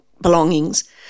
belongings